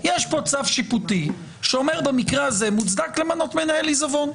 אלא יש פה צו שיפוטי שאומר שבמקרה הזה מוצדק למנות מנהל עיזבון.